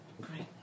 Great